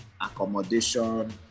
accommodation